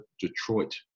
Detroit